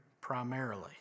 primarily